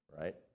right